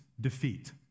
defeat